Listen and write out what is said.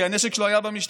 כי הנשק שלו היה במשטרה,